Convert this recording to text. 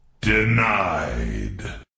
Denied